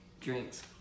drinks